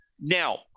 Now